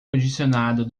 condicionado